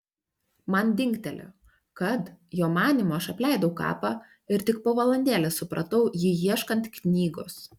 man dingtelėjo kad jo manymu aš apleidau kapą ir tik po valandėlės supratau jį ieškant knygos